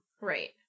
Right